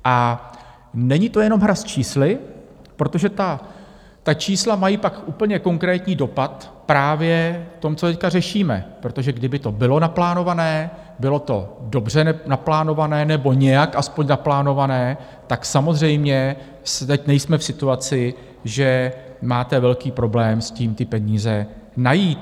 A není to jenom hra s čísly, protože ta čísla mají pak úplně konkrétní dopad právě v tom, co teď řešíme, protože kdyby to bylo naplánované, bylo to dobře naplánované, nebo nějak aspoň naplánované, tak samozřejmě teď nejsme v situaci, že máte velký problém s tím ty peníze najít.